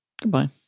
Goodbye